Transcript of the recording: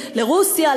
לרוסיה,